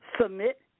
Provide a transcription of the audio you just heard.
Submit